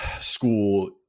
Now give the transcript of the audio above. school